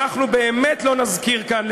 אנחנו באמת לא נזכיר כאן,